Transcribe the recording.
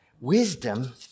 wisdom